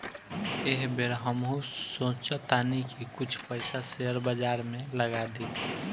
एह बेर हमहू सोचऽ तानी की कुछ पइसा शेयर बाजार में लगा दी